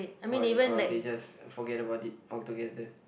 or they or they just forget about it altogether